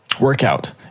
workout